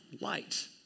light